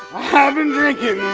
i've been drinking.